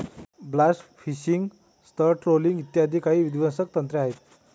blast fishing, तळ trawling इ काही विध्वंसक तंत्रे आहेत